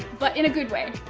but in a good way.